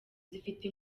zifite